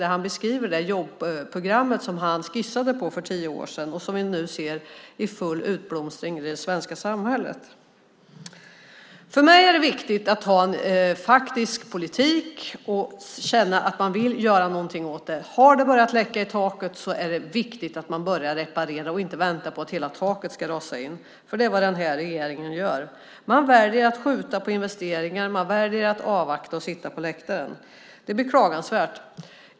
Där beskriver han det jobbprogram som han skissade på för tio år sedan och som vi nu ser i full blom i det svenska samhället. För mig är det viktigt att ha en faktisk politik och att vilja göra något. Har det börjat läcka i taket är det viktigt att man börjar reparera och inte väntar på att hela taket ska rasa in, som regeringen gör. Man väljer att skjuta på investeringar. Man väljer att avvakta och sitta på läktaren. Det är beklagansvärt.